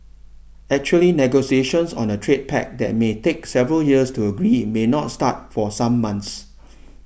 actually negotiations on a trade pact that may take several years to agree may not start for some months